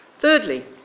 Thirdly